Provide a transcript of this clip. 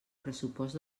pressupost